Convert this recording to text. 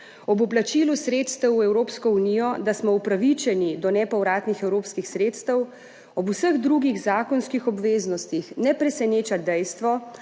ob vplačilu sredstev v Evropsko unijo, da smo upravičeni do nepovratnih evropskih sredstev, ob vseh drugih zakonskih obveznostih ne preseneča dejstvo,